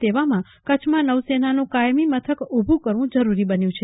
તેવામાં કરછનો નૌસેનાનું કાયમી મથક ઊભું કરવું જરુરી બન્યું છે